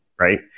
right